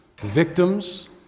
victims